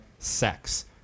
sex